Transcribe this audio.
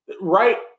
Right